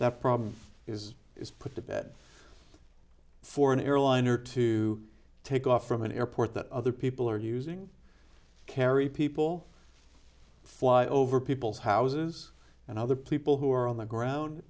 that problem is is put to bed for an airliner to take off from an airport that other people are using carry people fly over people's houses and other people who are on the ground